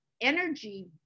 energy